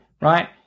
Right